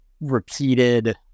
repeated